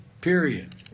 Period